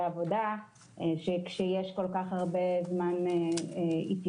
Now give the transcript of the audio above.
עבודה כאשר יש כל כך הרבה זמן של התיישנות.